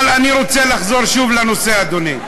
אבל אני רוצה לחזור לנושא, אדוני.